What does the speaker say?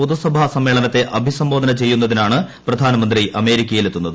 പൊതുസഭാ സമ്മേളനത്തെ അഭിസംബോധന ചെയ്യുന്നതിനാണ് പ്രധാനമന്ത്രി അമേരിക്കയിലെത്തുന്നത്